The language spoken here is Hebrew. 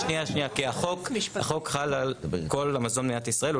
החוק חל על כל המזון במדינת ישראל.